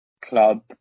club